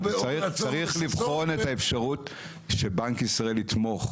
צריך לבחון את האפשרות שבנק ישראל יתמוך